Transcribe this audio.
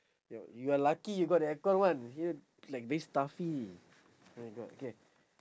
your you are lucky you got the aircon one here like very stuffy my god can